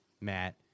Matt